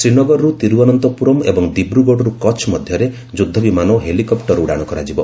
ଶ୍ରୀନଗରରୁ ତିରୁଅନନ୍ତପୁରମ୍ ଏବଂ ଦିବ୍ରୁଗଡ଼ରୁ କଚ୍ଛ ମଧ୍ୟରେ ଯୁଦ୍ଧ ବିମାନ ଓ ହେଲିକପ୍ଟର ଉଡ଼ାଣ କରାଯିବ